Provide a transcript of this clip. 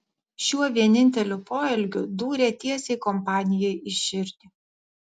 šiuo vieninteliu poelgiu dūrė tiesiai kompanijai į širdį